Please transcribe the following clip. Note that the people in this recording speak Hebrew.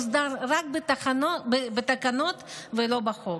הוסדר רק בתקנות ולא בחוק.